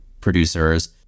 producers